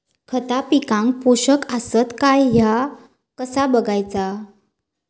खता पिकाक पोषक आसत काय ह्या कसा बगायचा?